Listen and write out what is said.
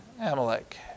Amalek